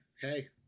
Hey